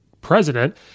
president